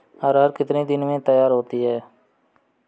अरहर कितनी दिन में तैयार होती है?